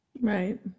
Right